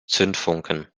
zündfunken